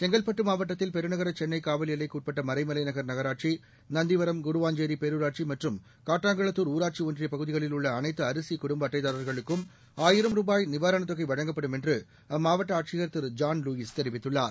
செங்கல்பட்டு மாவட்டத்தில் பெருநகர சென்னை காவல் எல்லைக்கு உட்பட்ட மறைமலைநகர் நகராட்சி நந்திவரம் கூடுவாஞ்சேரி பேரூராட்சி மற்றும் காட்டங்குளத்துர் ஊராட்சி ஒன்றிய பகுதிகளில் உள்ள அனைத்து அரிசி குடும்ப அட்டைதாரா்களுக்கும் ஆயிரம் ரூபாய் நிவாரண தொகை வழங்கப்படும் என்று அம்மாவட்ட ஆட்சியர் திரு ஜான் லூயிஸ் தெரிவித்துள்ளார்